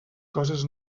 coses